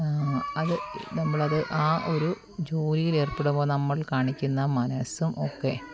അത് നമ്മളത് ആ ഒരു ജോലിയിലേർപ്പെടുമ്പോൾ നമ്മൾ കാണിക്കുന്ന മനസ്സും ഒക്കെ